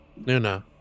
nuna